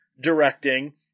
directing